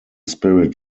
spirit